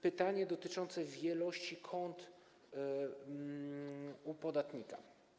Pytanie dotyczące wielości kont u podatnika.